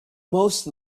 most